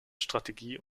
strategie